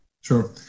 Sure